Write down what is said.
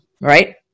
right